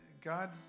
God